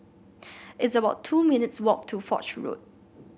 it's about two minutes' walk to Foch Road